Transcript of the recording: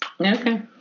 Okay